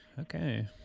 Okay